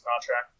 contract